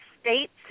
states